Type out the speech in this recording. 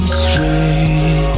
straight